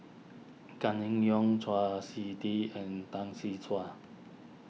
Gan nim Yong Chau Sik Ting and Tan see cuan